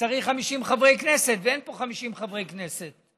וצריך 50 חברי כנסת, ואין פה 50 חברי כנסת.